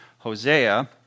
Hosea